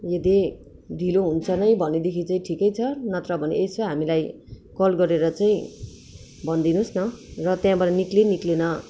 यदि ढिलो हुन्छ नै भनेदेखि ठिकै छ नत्र भने यसै हामीलाई कल गरेर चाहिँ भनिदिनुहोस् न र त्यहाँबाट निक्ल्यो निक्लिएन